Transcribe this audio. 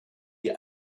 die